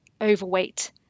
overweight